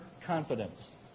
confidence